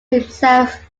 himself